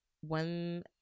one